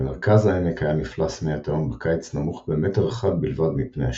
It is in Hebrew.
במרכז העמק היה מפלס מי התהום בקיץ נמוך במטר אחד בלבד מפני השטח,